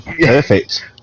Perfect